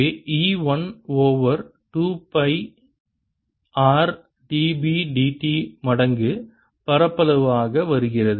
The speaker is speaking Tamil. எனவே E 1 over 2 pi r dB dt மடங்கு பரப்பளவு ஆக வருகிறது